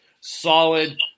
solid